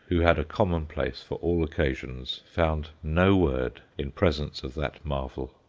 who had a commonplace for all occasions, found no word in presence of that marvel.